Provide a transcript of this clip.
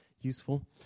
useful